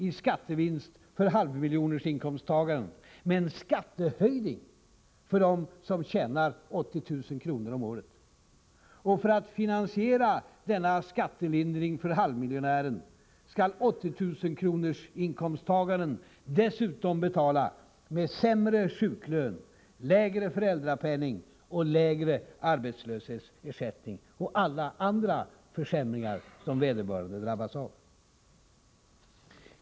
i skattevinst för halvmiljonersinkomsttagaren men skattehöjning för den som tjänar 80 000 kr. om året. Och för att finansiera denna skattelindring för den halvmiljonären skall 80 000-kronorsinkomsttagaren dessutom betala med sämre sjuklön, lägre föräldrapenning och lägre arbetslöshetsersättning samt drabbas av en mängd andra försämringar.